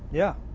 yeah,